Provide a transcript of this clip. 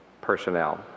personnel